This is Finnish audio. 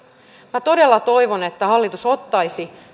minä todella toivon että hallitus ottaisi